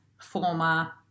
former